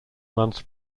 months